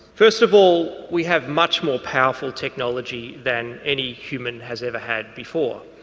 first of all we have much more powerful technology than any human has ever had before.